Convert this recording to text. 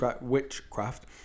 witchcraft